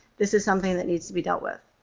this is something that needs to be dealt with.